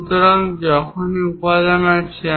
সুতরাং যখনই উপাদান আছে